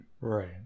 right